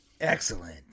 Excellent